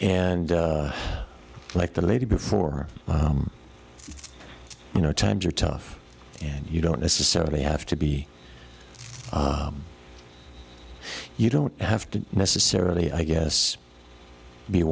and like the lady before you know times are tough and you don't necessarily have to be you don't have to necessarily i guess be